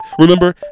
Remember